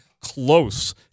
close